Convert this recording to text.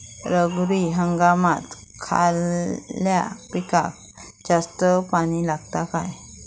रब्बी हंगामात खयल्या पिकाक जास्त पाणी लागता काय?